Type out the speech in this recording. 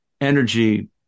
energy